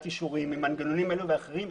האישורים וממנגנונים כאלו ואחרים,